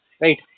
right